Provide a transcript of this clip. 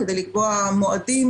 לקבוע מועדים.